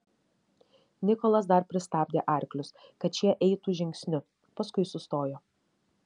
nikolas dar pristabdė arklius kad šie eitų žingsniu paskui sustojo